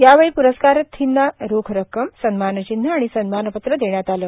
यावेळी प्रस्कारर्थींना रोख रक्कम सन्मानचिन्ह आणि सन्मानपत्र देण्यात आले